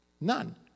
None